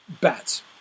Bats